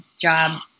job